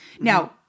Now